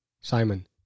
Simon